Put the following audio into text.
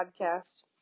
podcast